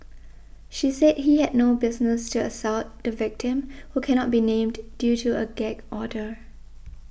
she said he had no business to assault the victim who cannot be named due to a gag order